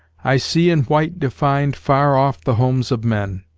i see in white defined far off the homes of men,